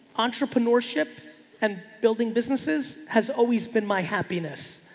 entrepreneurship and building businesses has always been my happiness.